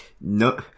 no